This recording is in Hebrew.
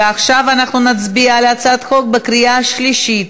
ועכשיו אנחנו נצביע על הצעת החוק בקריאה שלישית.